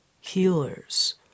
healers